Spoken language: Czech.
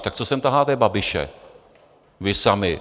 Tak co sem taháte Babiše vy sami?